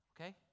Okay